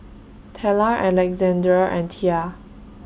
Tella Alexandr and Tia